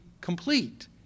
complete